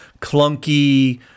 clunky